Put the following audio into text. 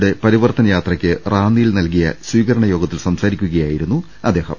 യുടെ പരിവർത്തൻ യാത്രയ്ക്ക് റാന്നിയിൽ നൽകിയ സ്വീകരണയോഗത്തിൽ സംസാരിക്കുകയായിരുന്നു അദ്ദേഹം